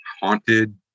haunted